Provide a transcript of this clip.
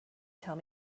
tell